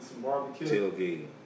tailgating